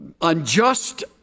unjust